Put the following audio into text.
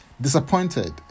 disappointed